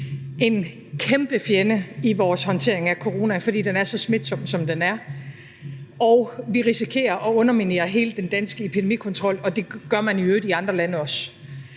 en kæmpe fjende i vores håndtering af coronaen, fordi den er så smitsom, som den er, og vi risikerer at underminere hele den danske epidemikontrol, og det gør man i øvrigt også i andre lande.